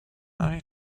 harry